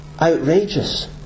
outrageous